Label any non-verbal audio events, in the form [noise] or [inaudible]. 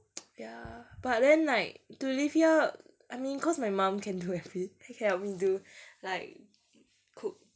[noise] ya but then like to live here I mean cause my mom can do eveythi~ she can help me do like cook